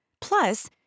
Plus